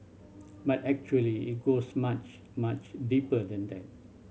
but actually it goes much much deeper than that